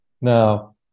Now